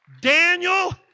Daniel